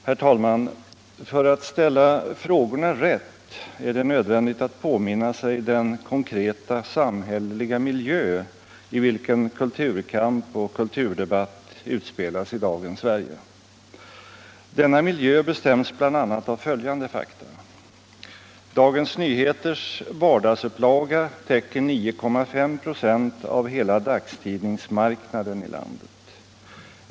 Herr talman! För att ställa frågorna rätt är det nödvändigt att påminna sig den konkreta samhälleliga miljö i vilken kulturkamp och kulturdebatt utspelas i dagens Sverige. Denna miljö bestäms bl.a. av följande fakta: Dagens Nyheters vardagsupplaga täcker 9,5 ”4 av hela dagstidningsmarknaden i landet.